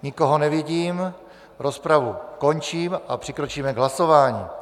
Nikoho nevidím, rozpravu končím a přikročíme k hlasování.